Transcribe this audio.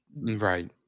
right